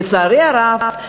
לצערי הרב,